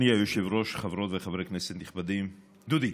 אדוני היושב-ראש, חברות וחברי כנסת נכבדים, דודי,